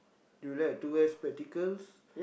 you like to wear spectacles